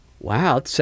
Wow